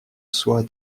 soie